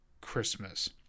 Christmas